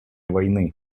войны